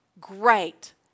Great